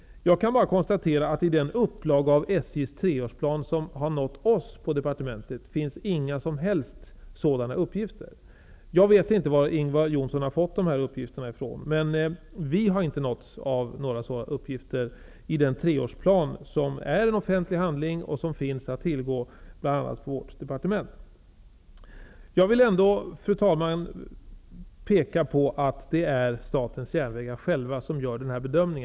Jag kan bara konstatera att det i den upplaga av SJ:s treårsplan som har nått oss på departementet inte finns några som helst sådana uppgifter. Jag vet inte varifrån Ingvar Johnsson har fått dem. Vi har i alla fall inte nåtts av några sådana uppgifter i den treårsplan som är en offentlig handling och som finns att tillgå bl.a. på vårt departement. Jag vill ändå, fru talman, peka på att det är SJ självt som skall göra denna bedömning.